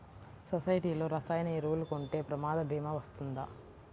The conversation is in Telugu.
సొసైటీలో రసాయన ఎరువులు కొంటే ప్రమాద భీమా వస్తుందా?